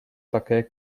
také